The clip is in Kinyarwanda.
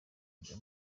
kujya